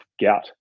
gout